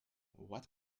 what